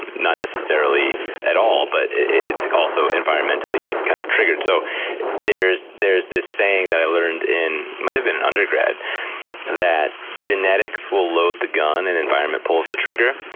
not necessarily at all, but it's like also environmentally kind of triggered. so there's there's this saying that i learned in, it might've been undergrad that genetics will load the gun and environment pulls the trigger.